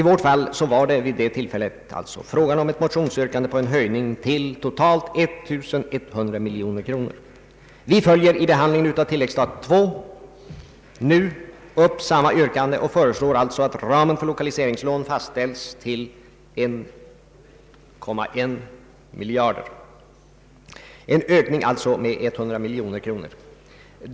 Vårt motionsyrkande gick ut på en höjning till 1100 miljoner kronor. Vid behandlingen av tilläggsstat II har vi nu framfört samma yrkande.